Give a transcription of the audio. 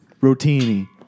rotini